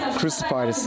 crucified